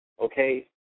okay